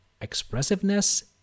expressiveness